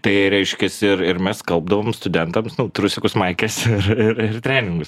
tai reiškias ir ir mes skalbdavom studentams nu trusikus maikes ir ir treningus